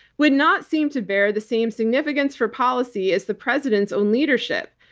would not seem to bear the same significance for policy as the president's own leadership.